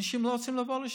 אנשים לא רוצים לבוא לשם.